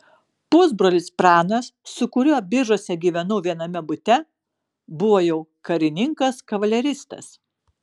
pusbrolis pranas su kuriuo biržuose gyvenau viename bute buvo jau karininkas kavaleristas